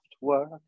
work